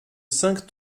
cinq